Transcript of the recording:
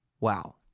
Wow